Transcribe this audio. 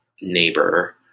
neighbor